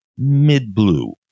mid-blue